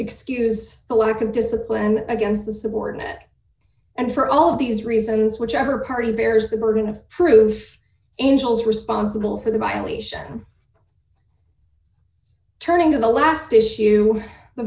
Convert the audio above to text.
excuse the lack of discipline against the subordinate and for all of these reasons whichever party bears the burden of proof angels responsible for the violation turning to the last issue the